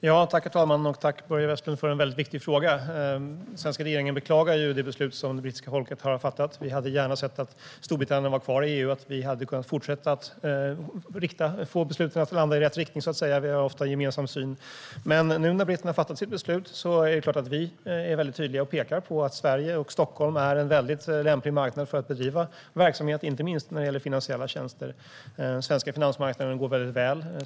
Herr talman! Tack, Börje Vestlund, för en väldigt viktig fråga! Den svenska regeringen beklagar ju det beslut som det brittiska folket har fattat. Vi hade gärna sett att Storbritannien hade varit kvar i EU. Då hade vi kunnat fortsätta att få beslut i rätt riktning. Vi har ofta haft en gemensam syn. Nu när britterna har fattat sitt beslut är det klart att vi är tydliga med att peka på att Sverige och Stockholm är en väldigt lämplig marknad för att bedriva verksamhet, inte minst när det gäller finansiella tjänster. Den svenska finansmarknaden går väldigt väl.